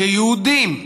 כיהודים,